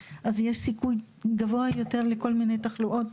אז יש סיכוי גבוה יותר לכל מיני תחלואות.